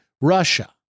Russia